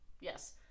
Yes